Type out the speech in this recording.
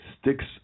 sticks